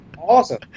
Awesome